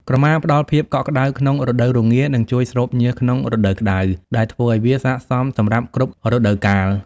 ក្រមាផ្តល់ភាពកក់ក្តៅក្នុងរដូវរងា និងជួយស្រូបញើសក្នុងរដូវក្តៅ ដែលធ្វើឱ្យវាស័ក្តិសមសម្រាប់គ្រប់រដូវកាល។